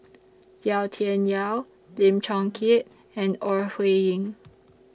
Yau Tian Yau Lim Chong Keat and Ore Huiying